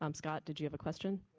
um scott, did you have a question?